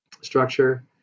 structure